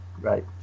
right